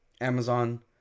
Amazon